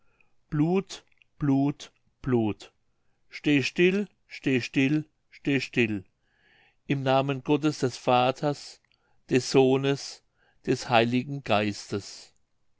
blut blut blut steh still steh still steh still im namen gottes des vaters des sohnes des heiligen geistes